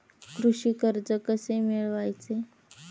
कृषी कर्ज कसे मिळवायचे?